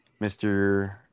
mr